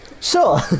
Sure